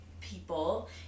people